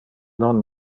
non